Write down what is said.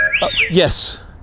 Yes